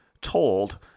told